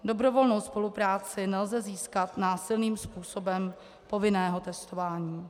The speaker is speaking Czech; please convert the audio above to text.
Dobrovolnou spolupráci nelze získat násilným způsobem povinného testování.